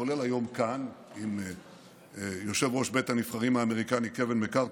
וכולל היום כאן עם יושב-ראש בית הנבחרים האמריקני קווין מקארתי,